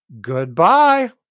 Goodbye